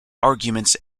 arguments